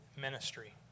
ministry